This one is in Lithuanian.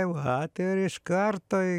vat ir iš karto